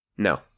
No